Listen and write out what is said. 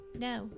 No